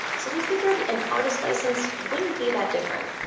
so they figured an artist's license wouldn't be that different